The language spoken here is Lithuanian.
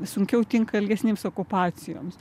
sunkiau tinka ilgesnėms okupacijoms